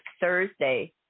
Thursday